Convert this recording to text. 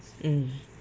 mm